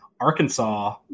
Arkansas